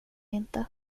inte